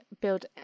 build